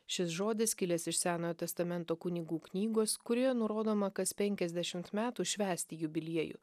šis žodis kilęs iš senojo testamento kunigų knygos kurioje nurodoma kas penkiasdešimt metų švęsti jubiliejų